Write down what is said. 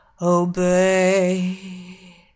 obey